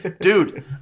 Dude